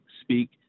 speak